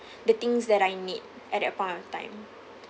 the things that I need at that point of time